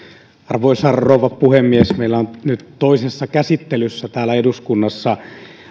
arvoisa rouva puhemies meillä on nyt toisessa käsittelyssä täällä eduskunnassa